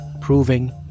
proving